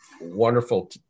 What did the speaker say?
wonderful